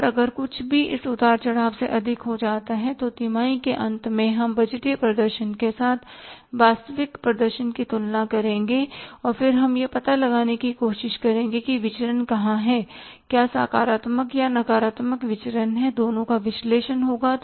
और अगर कुछ भी इस उतार चढ़ाव से अधिक हो जाता है तो तिमाही के अंत में हम बजटीय प्रदर्शन के साथ वास्तविक प्रदर्शन की तुलना करेंगे और फिर हम यह पता लगाने की कोशिश करेंगे कि विचरण कहां हैं क्या सकारात्मक या नकारात्मक विचरण है दोनों का विश्लेषण होगा